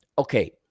Okay